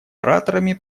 ораторами